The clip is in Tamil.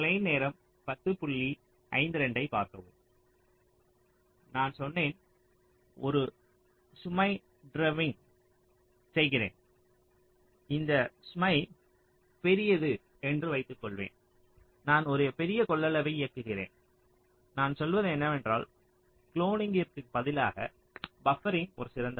நான் சொல்வேன் நான் ஒரு சுமை ட்ரிவிங் செய்கிறேன் இந்த சுமை பெரியது என்று வைத்துக்கொள்வேன் நான் ஒரு பெரிய கொள்ளளவை இயக்குகிறேன் நான் சொல்வது என்னவென்றால் குளோனிங்கிற்கு பதிலாக பப்பரிங் ஒரு சிறந்த வழி